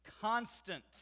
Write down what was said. Constant